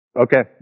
okay